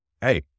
Hey